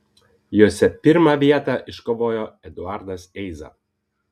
jose pirmą vietą iškovojo eduardas eiza